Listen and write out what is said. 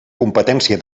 competència